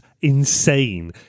insane